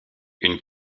une